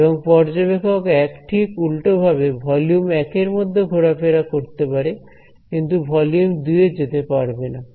এবং পর্যবেক্ষক 1 ঠিক উল্টো ভাবে ভলিউম 1 এর মধ্যে ঘোরাফেরা করতে পারে কিন্তু ভলিউম 2 এ যেতে পারবেনা